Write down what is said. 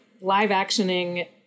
live-actioning